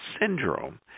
syndrome